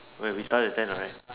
wait we started at ten right